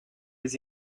les